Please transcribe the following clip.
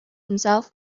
himself